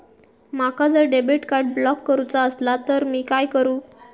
माका जर debit card block करूचा असला तर मी काय करू?